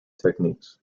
techniques